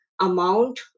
amount